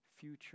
future